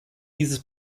dieses